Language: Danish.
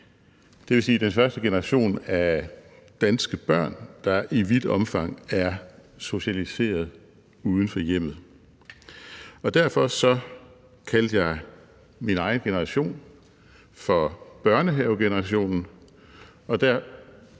det vil sige den første generation af danske børn, der i vidt omfang er socialiseret uden for hjemmet. Derfor kaldte jeg min egen generation for børnehavegenerationen,